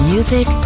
Music